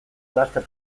laster